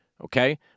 Okay